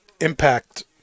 impact